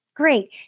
great